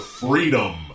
freedom